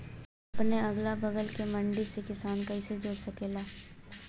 अपने अगला बगल के मंडी से किसान कइसे जुड़ सकेला?